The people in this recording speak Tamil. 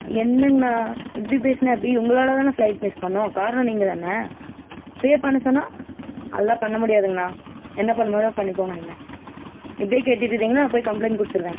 என்னங்கண்ணா இப்படி பேசின்னா எப்படி உங்களால் தான் ஃப்ளைட் மிஸ் பண்ணிணோம் காரணம் நீங்கள் தான் பே பண்ண சொன்னால் அதெலாம் பண்ண முடியாதுங்கண்ணா என்ன பண்ண முடியுமோ பண்ணிக்கோங்க நீங்கள் இப்படியே கேட்டுட்ருந்திங்கன்னா நான் போய் கம்ப்ளைண்ட் கொடுத்துருவேன்